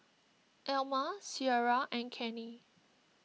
Elma Ciera and Kenney